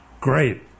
great